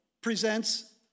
presents